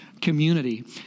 community